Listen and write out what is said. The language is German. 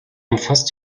umfasst